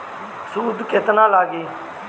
सूद केतना लागी?